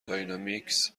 داینامیکس